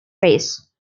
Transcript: race